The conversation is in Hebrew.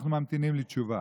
אנחנו ממתינים לתשובה.